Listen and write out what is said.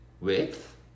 width